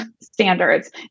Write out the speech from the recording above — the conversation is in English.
standards